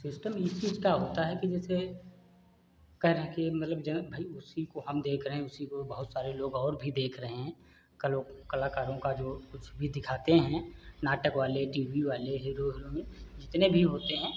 system इस चीज़ का होता है कि जैसे कह रहे है कि मतलब भाई उसी को हम देख रहे हैं उसी को बहुत सारे लोग और भी देख रहे हैं कलो कलाकारों का जो कुछ भी दिखाते हैं नाटक वाले टी वी वाले हीरो हीरोइन जितने भी होते हैं